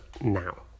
now